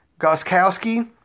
Goskowski